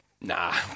nah